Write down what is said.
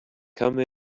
come